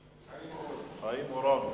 חיים אורון.